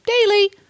Daily